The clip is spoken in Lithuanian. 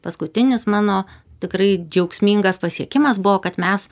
paskutinis mano tikrai džiaugsmingas pasiekimas buvo kad mes